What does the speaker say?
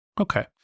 Okay